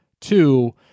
two